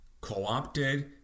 co-opted